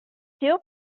still